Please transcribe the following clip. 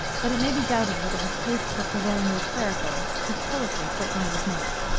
but it may be doubted whether his tastes were prevailingly clerical his poetry certainly was not.